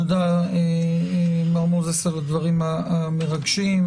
תודה, מר מוזס, על הדברים המרגשים.